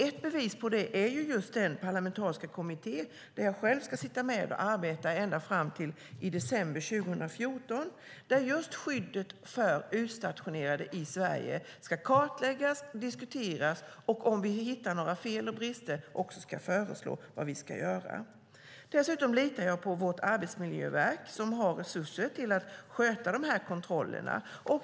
Ett bevis på det är den parlamentariska kommitté där jag själv ska sitta med och arbeta ända fram till december 2014. Där ska skyddet för utstationerade i Sverige kartläggas och diskuteras. Om vi hittar några fel och brister ska vi föreslå vad vi ska göra åt dem. Dessutom litar jag på vårt arbetsmiljöverk, som har resurser till att sköta de här kontrollerna.